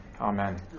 Amen